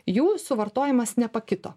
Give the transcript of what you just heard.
jų suvartojimas nepakito